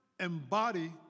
embody